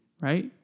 Right